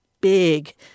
big